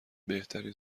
بهترین